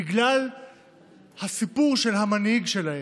בגלל הסיפור של המנהיג שלהם,